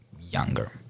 younger